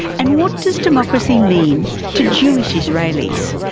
and what does democracy mean to jewish israelis,